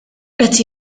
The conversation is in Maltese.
qed